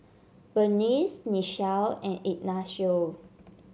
Berniece Nichelle and Ignacio